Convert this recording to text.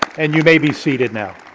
and you may be seated now.